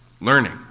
learning